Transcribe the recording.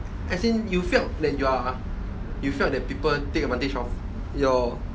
as in you felt that you are you felt that people take advantage of your